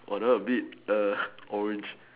!wah! that one a bit err orange